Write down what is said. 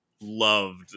loved